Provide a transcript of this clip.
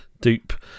dupe